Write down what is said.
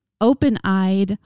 open-eyed